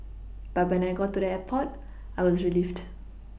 but when I got to the airport I was relieved